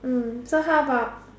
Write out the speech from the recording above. hmm so how about